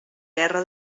guerra